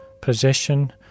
possession